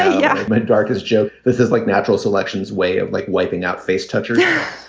yeah my darkest joke. this is like natural selection's way of like wiping out face touching. yeah